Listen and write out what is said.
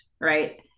right